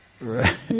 right